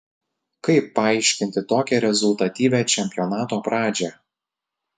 kaip paaiškinti tokią rezultatyvią čempionato pradžią